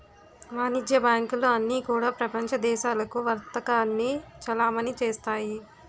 వాణిజ్య బ్యాంకులు అన్నీ కూడా ప్రపంచ దేశాలకు వర్తకాన్ని చలామణి చేస్తాయి